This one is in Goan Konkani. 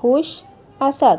खूश आसात